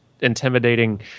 intimidating